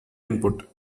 input